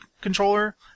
controller